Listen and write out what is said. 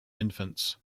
infants